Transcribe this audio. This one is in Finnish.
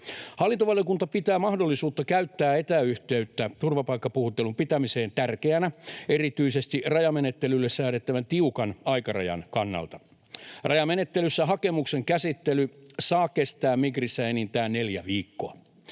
Hallintovaliokunta pitää mahdollisuutta käyttää etäyhteyttä turvapaikkapuhuttelun pitämiseen tärkeänä erityisesti rajamenettelylle säädettävän tiukan aikarajan kannalta. Rajamenettelyssä hakemuksen käsittely saa kestää Migrissä enintään neljä viikkoa.